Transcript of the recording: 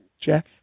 Jeff